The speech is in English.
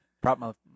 prop